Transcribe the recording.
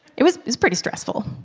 it was was pretty stressful.